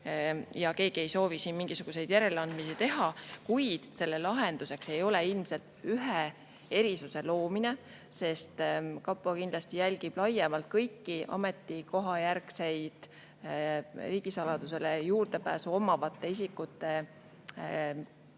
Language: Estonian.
ja keegi ei soovi siin mingisuguseid järeleandmisi teha. Kuid lahenduseks ei ole ilmselt ühe erisuse loomine, sest kapo kindlasti jälgib laiemalt, kuidas kõik ametikohajärgselt riigisaladusele juurdepääsu omavad isikud